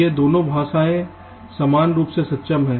ये दोनों भाषाएँ समान रूप से सक्षम हैं